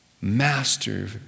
master